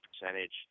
percentage